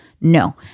No